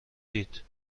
دید